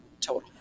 Total